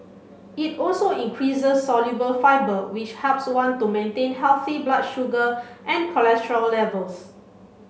it also increases soluble fibre which helps one to maintain healthy blood sugar and cholesterol levels